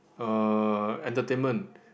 uh entertainment